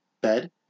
bed